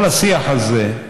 כל השיח הזה,